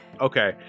Okay